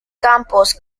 campos